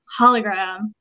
Hologram